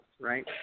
Right